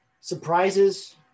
surprises